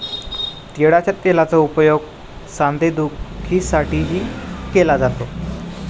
तिळाच्या तेलाचा उपयोग सांधेदुखीसाठीही केला जातो